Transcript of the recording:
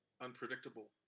unpredictable